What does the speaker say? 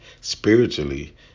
spiritually